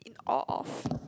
in all of